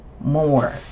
more